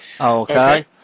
Okay